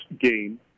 game